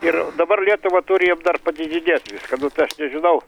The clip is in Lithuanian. ir dabar lietuva turi jiem dar padėdinėt viską nu tai aš nežinau